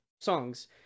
songs